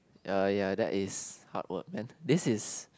ya ya that is hard work then this is